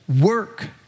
work